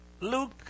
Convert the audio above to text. Luke